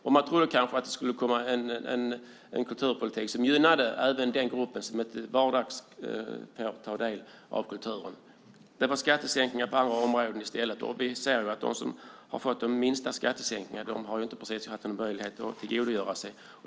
Vi trodde kanske att det skulle komma en kulturpolitik som gynnade även den gruppen som inte till vardags kan ta del av kulturen. Men det blev skattesänkningar på andra områden i stället, och vi ser ju att de som har fått de minsta skattesänkningarna inte precis har haft möjlighet att tillgodogöra sig detta.